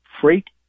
Freight